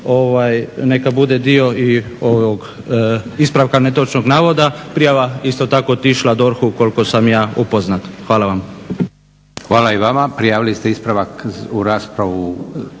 neka bude dio i ovog ispravka netočnog navoda. Prijava isto tako otišla DORH-u koliko sam ja upoznat. **Leko, Josip (SDP)** Hvala i vama. Prijavili ste ispravak u raspravu